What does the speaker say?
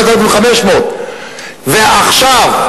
זה 4,500. ועכשיו,